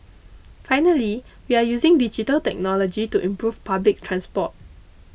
finally we are using digital technology to improve public transport